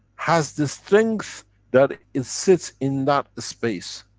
has the strength that it sits in that space.